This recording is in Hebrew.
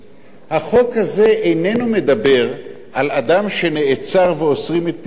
החוק הזה איננו מדבר על אדם שנעצר ואוסרים את פרסום שמו,